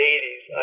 80s